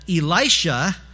Elisha